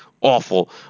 awful